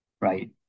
right